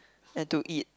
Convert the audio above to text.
and to eat